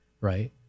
right